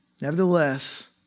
Nevertheless